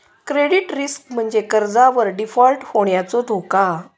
credit risk म्हणजे कर्जावर default होण्याचो धोका